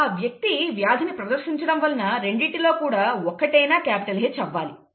ఆ వ్యక్తి వ్యాధిని ప్రదర్శించడం వలన రెండింటిలో కూడా ఒక్కటైనా క్యాపిటల్ H అవ్వాలి